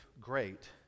great